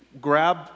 Grab